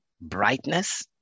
brightness